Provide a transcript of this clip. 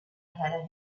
had